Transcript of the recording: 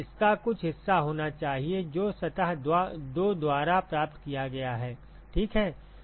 अब इसका कुछ हिस्सा होना चाहिए जो सतह 2 द्वारा प्राप्त किया गया है ठीक है